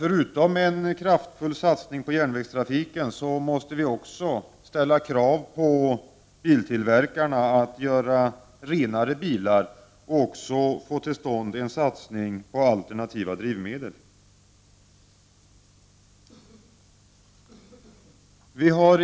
Förutom en kraftfull satsning på järnvägstrafiken behövs det att krav ställs på biltillverkarna att göra renare bilar och att få till stånd en satsning på alternativa drivmedel.